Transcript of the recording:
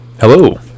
Hello